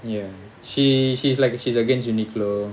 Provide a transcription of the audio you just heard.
ya she she's like she's against uniqlo